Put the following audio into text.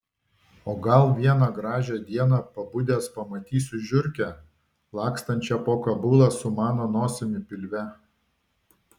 o gal vieną gražią dieną pabudęs pamatysiu žiurkę lakstančią po kabulą su mano nosimi pilve